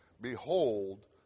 Behold